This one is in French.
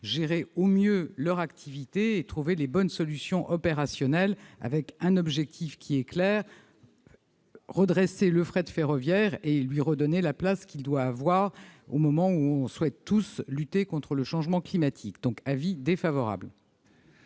gérer au mieux leur activité et trouver les bonnes solutions opérationnelles. L'objectif est clair : redresser le fret ferroviaire et lui redonner la place qu'il doit avoir au moment où nous souhaitons tous lutter contre le changement climatique. Le Gouvernement